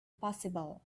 possible